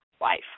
wife